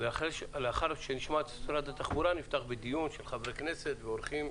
ואז נפתח בדיון של חברי כנסת אורחים.